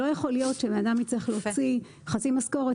לא יכול להיות שבנאדם צריך להוציא חצי משכורת